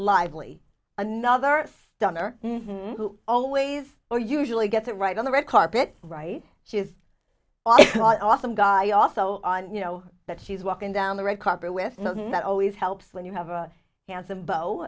lively another stunner who always or usually get the right on the red carpet right his office awesome guy also on you know that she's walking down the red carpet with that always helps when you have a handsome bo